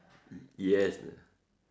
yes